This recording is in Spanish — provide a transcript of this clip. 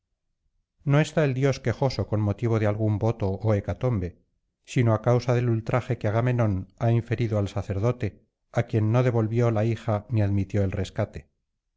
no está el dios quejoso con motivo de algún voto ó hecatombe sino á causa del ultraje que agamenón ha inferido al sacerdote á quien no devolvió la hija ni admitió el rescate